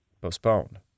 postponed